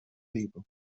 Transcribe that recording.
liebe